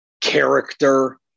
character